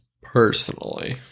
personally